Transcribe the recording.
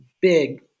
big